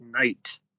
night